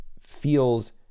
feels